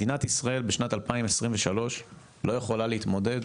מדינת ישראל בשנת 2023 לא יכולה להתמודד,